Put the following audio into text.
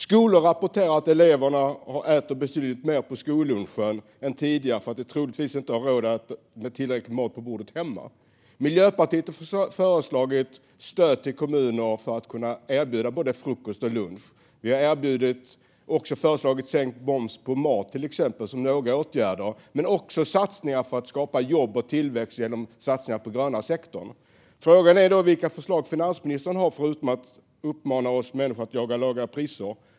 Skolor rapporterar att eleverna äter betydligt mer på skollunchen än tidigare för att de troligtvis inte får tillräckligt med mat på bordet hemma. Miljöpartiet har föreslagit stöd till kommuner för att kunna erbjuda både frukost och lunch. Vi har också föreslagit sänkt moms på mat, till exempel, och också satsningar för att skapa jobb och tillväxt genom satsningar på den gröna sektorn. Frågan är då vilka förslag finansministern har förutom att uppmana oss människor att jaga låga priser.